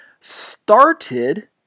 started